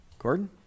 Gordon